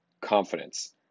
confidence